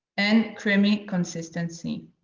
and creamy consistency.